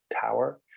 tower